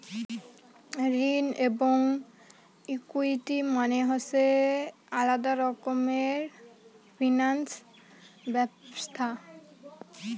ঋণ এবং ইকুইটি মানে হসে দুটো আলাদা রকমের ফিনান্স ব্যবছস্থা